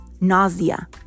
nausea